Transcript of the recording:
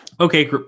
Okay